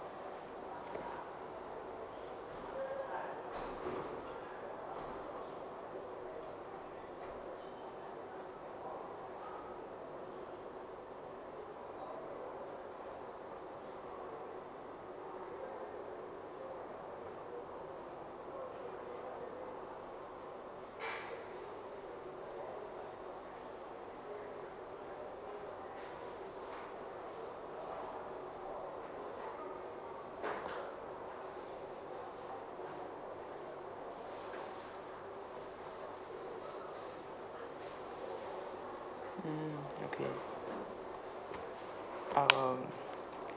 mm okay um